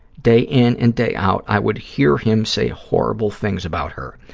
day in and day out, i would hear him say horrible things about her.